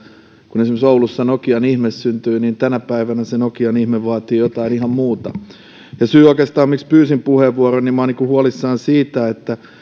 kun esimerkiksi oulussa nokian ihme syntyi tänä päivänä se nokian ihme vaatii jotain ihan muuta oikeastaan syy siihen miksi pyysin puheenvuoron on että minä olen huolissani siitä että